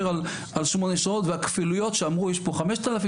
על שמונה שעות והכפילויות שאמרו יש פה 5,000,